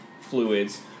fluids